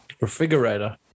Refrigerator